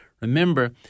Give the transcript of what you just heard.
remember